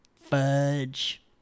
Fudge